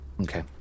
Okay